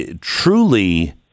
truly